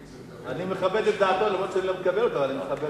אני מכבד את דעתו, למרות שאני לא מקבל אותה,